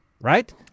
right